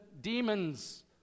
demons